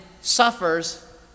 suffers